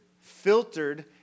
filtered